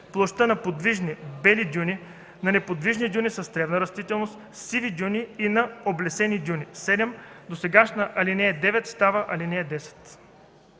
площта на подвижни (бели) дюни, на неподвижни дюни с тревна растителност (сиви дюни) и на залесени дюни.” 7. Досегашната ал. 9 става ал. 10.”